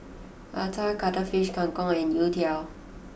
Acar Cuttlefish Kang Kong and Youtiao